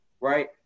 right